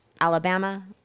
Alabama